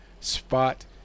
spot